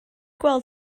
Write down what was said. gweld